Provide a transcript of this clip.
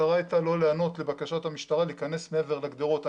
המטרה הייתה לא להיענות לבקשת המשטרה להיכנס מעבר לגדרות.